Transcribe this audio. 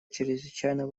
чрезвычайно